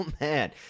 man